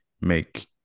make